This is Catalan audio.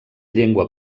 llengua